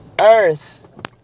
Earth